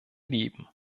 leben